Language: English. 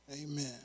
Amen